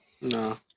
No